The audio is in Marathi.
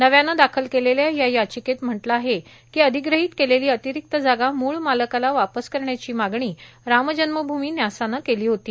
नव्यानं दाखल केलेल्या या याचिकेत म्हटलं आहे कि अधिग्रहित केलेली अतिरिक्त जागा मूळ मालकाला वापस करण्याची मागणी रामजन्मभूमी न्यासानं केली होती